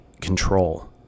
control